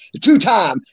two-time